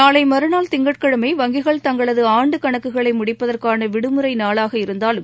நாளை மறுநாள் திங்கட்கிழமை வங்கிகள் தங்களது ஆண்டு கணக்குகளை முடிப்பதற்கான விடுமுறை நாளாக இருந்தாலும்